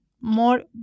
more